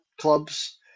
clubs